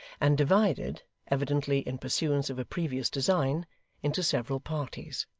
and divided evidently in pursuance of a previous design into several parties.